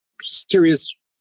serious